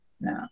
No